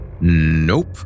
Nope